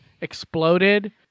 exploded